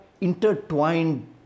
intertwined